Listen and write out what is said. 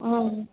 ம்